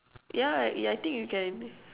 yeah ya I think you can